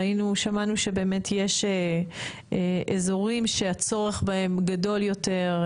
ראינו ושמענו שיש באמת אזורים שהצורך בהם גדול יותר,